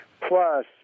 plus